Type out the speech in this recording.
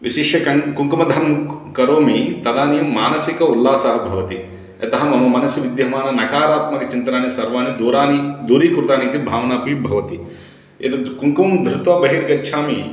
विशिष्य कन् कुङ्कुम धं क् करोमि तदानीं मानसिकः उल्लासः भवति यतः मम मनसि विद्यमानानि नकारात्मकचिन्तनानि सर्वाणि दूरानि दूरीकृतानि इति भावना अपि भवति एतद् कुङ्कुमं धृत्वा बहिर्गच्छामि